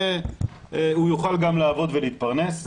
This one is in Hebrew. שהוא יוכל גם לעבוד ולהתפרנס.